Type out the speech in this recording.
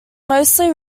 mostly